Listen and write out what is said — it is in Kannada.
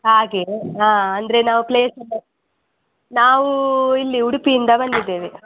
ಹಾಗೆ ಹಾಂ ಅಂದರೆ ನಾವು ಪ್ಲೇಸ್ ಎಲ್ಲ ನಾವು ಇಲ್ಲಿ ಉಡುಪಿಯಿಂದ ಬಂದಿದ್ದೇವೆ